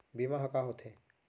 बीमा ह का होथे?